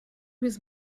was